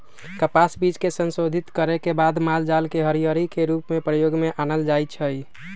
कपास बीज के संशोधित करे के बाद मालजाल के हरियरी के रूप में प्रयोग में आनल जाइ छइ